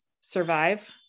survive